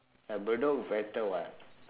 ya bedok better [what]